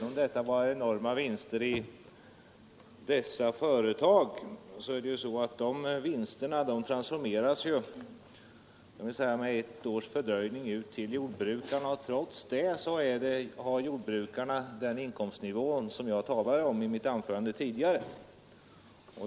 Om det nu var enorma vinster i dessa företag, så transfereras ju de vinsterna med ett års fördröjning ut till jordbrukarna, och trots det har jordbrukarna den inkomstnivå som jag talade om i mitt tidigare anförande.